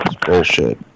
bullshit